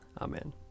Amen